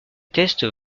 tests